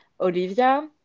Olivia